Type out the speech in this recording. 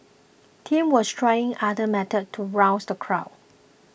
Tim was trying other methods to rouse the crowd